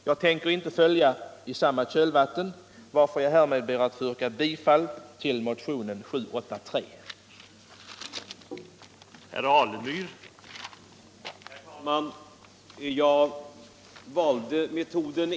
Jag tänker inte följa i deras kölvatten, utan jag ber härmed att få yrka bifall till motionen 1975/76:783.